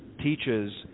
teaches